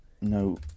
No